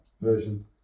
Version